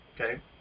Okay